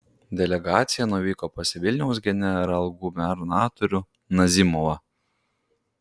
delegacija nuvyko pas vilniaus generalgubernatorių nazimovą